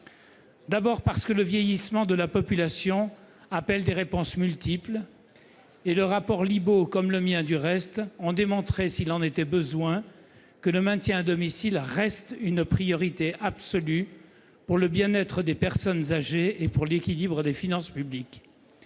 d'abord parce que le vieillissement de la population appelle des réponses multiples. Le rapport Libault, comme le mien du reste, a démontré, s'il en était besoin, que le maintien à domicile reste une priorité absolue pour le bien-être des personnes âgées et pour l'équilibre des finances publiques.